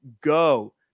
go